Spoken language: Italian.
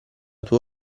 tua